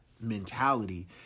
mentality